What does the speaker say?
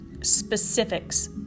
specifics